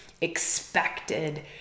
expected